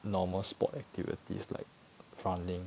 normal sport activities like running